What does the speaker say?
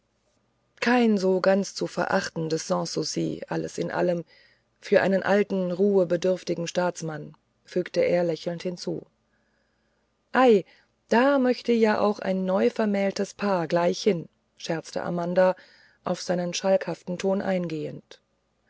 kein so ganz zu verachtendes sans souci alles in allem für einen alten ruhebedürftigen staatsmann fügte er lächelnd hinzu ei da möchte ja auch ein neuvermähltes paar gleich hin scherzte amanda auf seinen schalkhaften ton eingehend